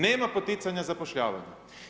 Nema poticanja zapošljavanja.